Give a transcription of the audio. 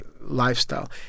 lifestyle